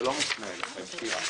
זה לא מופנה אליכם, שירה.